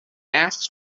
asked